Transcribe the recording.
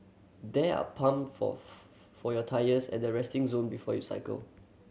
there are pump for your tyres at the resting zone before you cycle